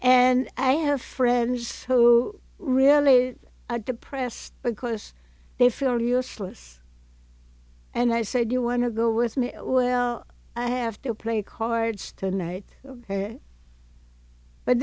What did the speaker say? and i have friends who really depressed because they feel useless and i said you want to go with me well i have to play cards tonight